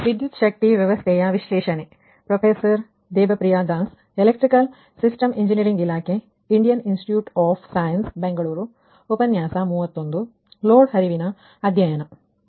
load flow ಅಧ್ಯಯನ ಮುಂದುವರಿಕೆ So let us take now an example on Gauss Seidel method right